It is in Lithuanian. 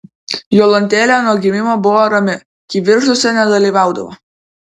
jolantėlė nuo gimimo buvo rami kivirčuose nedalyvaudavo